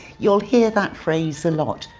you'll hear that phrase a lot.